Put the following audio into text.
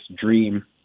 dream